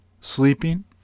sleeping